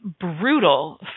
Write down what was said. brutal